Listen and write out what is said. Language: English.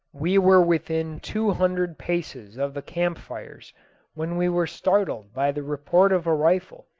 we were within two hundred paces of the camp-fires when we were startled by the report of a rifle.